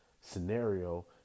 scenario